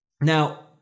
Now